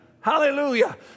Hallelujah